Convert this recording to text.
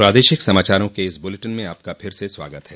प्रादेशिक समाचारों के इस बुलेटिन में आपका फिर से स्वागत है